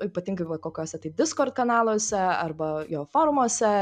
ypatingai va kokiuose tai diskord kanaluose arba jo forumuose